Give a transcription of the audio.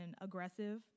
aggressive